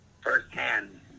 firsthand